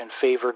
favored